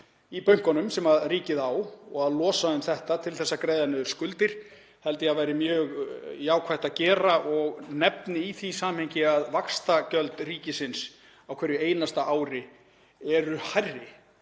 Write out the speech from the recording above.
í bönkunum sem ríkið á. Og að losa um þetta til að greiða niður skuldir held ég að væri mjög jákvætt að gera og nefni í því samhengi að vaxtagjöld ríkisins á hverju einasta ári eru hærri